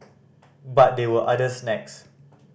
but there were other snags